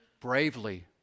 bravely